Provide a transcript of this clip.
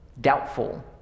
doubtful